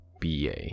BA